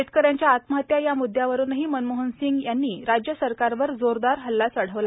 शेतकऱ्यांच्या आत्महत्या या मूद्यावरूनही मनमोहन सिंग यांनी राज्य सरकारवर जोरदार हल्ला चढवला